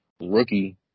rookie